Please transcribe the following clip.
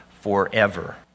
forever